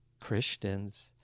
Christians